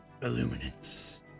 Illuminance